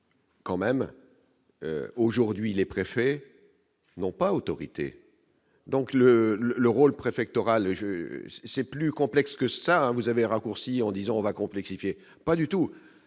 Quand même, aujourd'hui, les préfets n'ont pas autorité donc le le rôle préfectorale je c'est plus complexe que ça, vous avez raccourci, en disant on va complexifier, pas du tout,